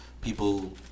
people